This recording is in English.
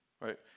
right